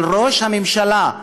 של ראש הממשלה,